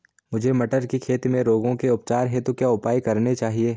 मुझे मटर की खेती में रोगों के उपचार हेतु क्या उपाय करने चाहिए?